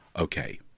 okay